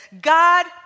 God